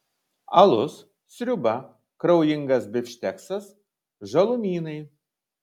alus sriuba kraujingas bifšteksas žalumynai